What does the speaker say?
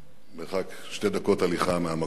מרחק שתי דקות הליכה מהמקום הזה.